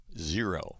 zero